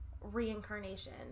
reincarnation